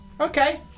Okay